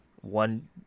one